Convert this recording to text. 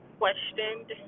questioned